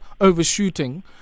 overshooting